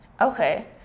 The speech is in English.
Okay